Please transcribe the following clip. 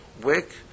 wick